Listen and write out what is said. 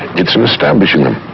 it's in establishing them.